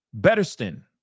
Betterston